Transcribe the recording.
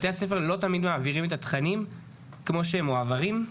בתי הספר לא תמיד מעבירים את התכנים כמו שהם מועברים.